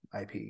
ip